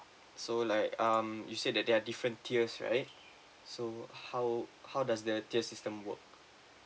so like um you said that there are different tiers right so how how does the tiers system work